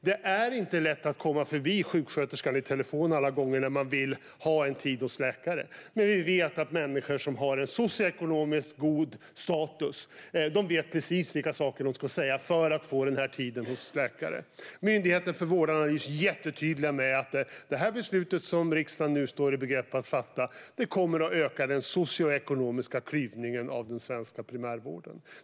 Det är inte lätt att komma förbi sjuksköterskan i telefon alla gånger när man vill ha en tid hos en läkare. Men vi vet att människor som har en socioekonomiskt god status vet precis vilka saker de ska säga för att få den där tiden hos läkaren. Myndigheten för vårdanalys är jättetydlig med att det beslut som riksdagen nu står i begrepp att fatta kommer att öka den socioekonomiska klyvningen av den svenska primärvården.